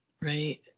right